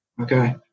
okay